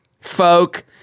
folk